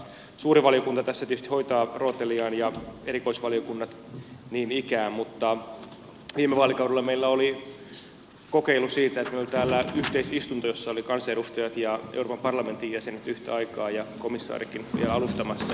suuri valiokunta tässä tietysti hoitaa rooteliaan ja erikoisvaliokunnat niin ikään mutta viime vaalikaudella meillä oli kokeilu siitä että meillä oli täällä yhteisistunto jossa olivat kansanedustajat ja euroopan parlamentin jäsenet yhtä aikaa ja komissaarikin vielä alustamassa